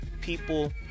people